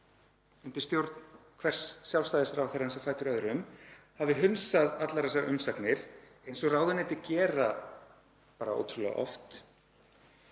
undir stjórn hvers Sjálfstæðisráðherrans á fætur öðrum, hafi hunsað allar þessar umsagnir, eins og ráðuneytið gerir bara ótrúlega oft,